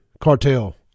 Cartel